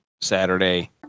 Saturday